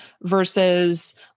versus